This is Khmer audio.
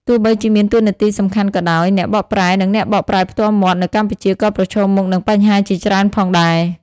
ទោះបីជាមានតួនាទីសំខាន់ក៏ដោយ អ្នកបកប្រែ និងអ្នកបកប្រែផ្ទាល់មាត់នៅកម្ពុជាក៏ប្រឈមមុខនឹងបញ្ហាជាច្រើនផងដែរ។